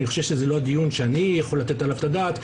אני חושב שזה לא הדיון שאני יכול לתת עליו את הדעת,